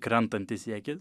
krentantis į akis